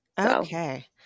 Okay